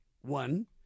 one